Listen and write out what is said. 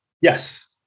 Yes